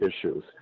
issues